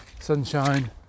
Sunshine